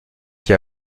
qui